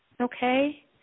Okay